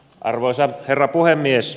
arvoisa herra puhemies